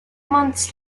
months